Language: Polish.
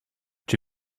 czy